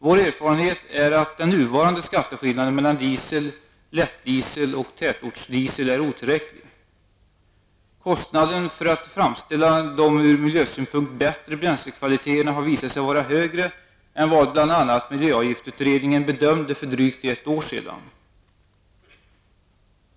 Vår erfarenhet är att den nuvarande skatteskillnaden mellan diesel, lättdiesel och tätortsdiesel är otillräcklig. Kostnaden för att framställa de ur miljösynpunkt bättre bränslekvaliteterna har visat sig vara högre än vad bl.a. miljöavgiftsutredningen bedömde för drygt ett år sedan.